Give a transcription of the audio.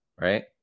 right